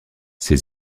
ses